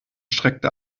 streckte